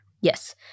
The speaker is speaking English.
Yes